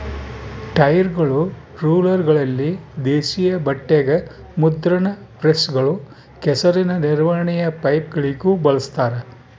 ಟೈರ್ಗಳು ರೋಲರ್ಗಳಲ್ಲಿ ದೇಶೀಯ ಬಟ್ಟೆಗ ಮುದ್ರಣ ಪ್ರೆಸ್ಗಳು ಕೆಸರಿನ ನಿರ್ವಹಣೆಯ ಪೈಪ್ಗಳಿಗೂ ಬಳಸ್ತಾರ